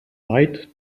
lied